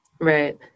Right